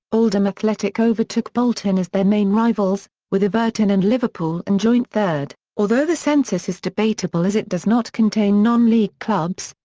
oldham athletic overtook bolton as their main rivals, with everton and liverpool in joint third, although the census is debatable as it does not contain non-league clubs,